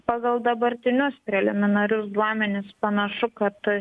pagal dabartinius preliminarius duomenis panašu kad